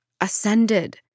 ascended